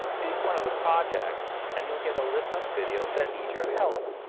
pick one of the projects, and you'll get a list of videos that need your help.